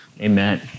Amen